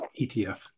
ETF